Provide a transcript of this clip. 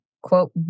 quote